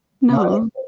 no